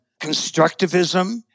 constructivism